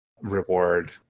reward